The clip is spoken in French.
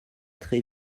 très